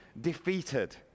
defeated